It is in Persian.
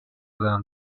زدم